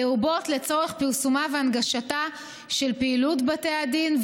לרבות לצורך פרסומה והנגשתה של פעילות בתי הדין,